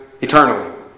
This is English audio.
eternally